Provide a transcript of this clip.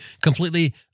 Completely